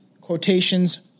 quotations